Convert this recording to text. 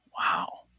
Wow